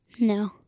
No